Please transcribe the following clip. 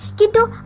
you do